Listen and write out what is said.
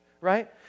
right